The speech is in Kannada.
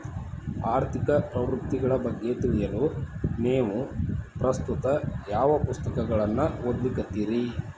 ಆರ್ಥಿಕ ಪ್ರವೃತ್ತಿಗಳ ಬಗ್ಗೆ ತಿಳಿಯಲು ನೇವು ಪ್ರಸ್ತುತ ಯಾವ ಪುಸ್ತಕಗಳನ್ನ ಓದ್ಲಿಕತ್ತಿರಿ?